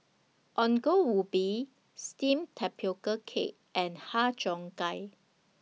Ongol Ubi Steamed Tapioca Cake and Har Cheong Gai